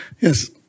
Yes